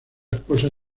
esposa